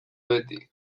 beti